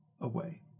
away